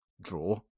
draw